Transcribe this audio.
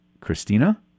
Christina